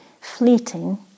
fleeting